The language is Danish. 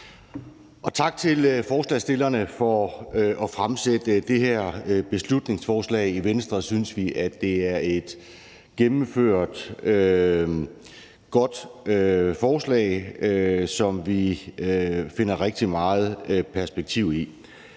tak til forslagsstillerne for at fremsætte det her beslutningsforslag. I Venstre synes vi, at det er et gennemført godt forslag, som vi finder rigtig meget perspektiv i.